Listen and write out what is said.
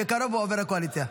בקרוב הוא עובר לקואליציה.